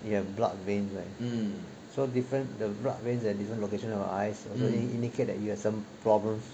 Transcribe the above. you have blood veins like I'm so different the request and isn't location our eyes only indicate that you are some problems